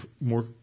more